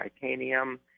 Titanium